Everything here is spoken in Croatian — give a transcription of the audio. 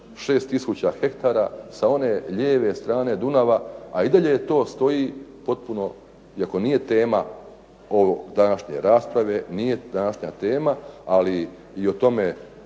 tisuća hektara sa one lijeve strane Dunava, a i dalje to stoji potpuno iako nije tema ove današnje rasprave, nije današnja tema ali i o tome